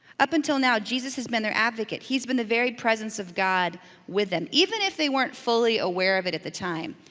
up until now, jesus has been an advocate. he's been the very presence of god with them, even if they weren't fully aware of it at the time.